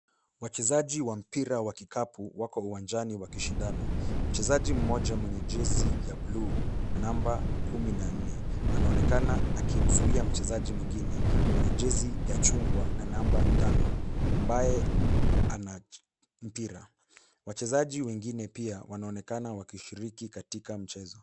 Wachezaji wa mpira wa kikapu, wako uwanjani wakishindana. Mchezaji mmoja mwenye jezi ya bluu, namba kumi na nne, anaonekana akimzuia mchezaji mwingine, mwenye jezi ya chungwa na namba tano, ambaye ana mpira. Wachezaji wengine pia wanaonekana wakishiriki katika mchezo.